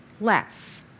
less